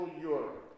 Europe